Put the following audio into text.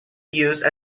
used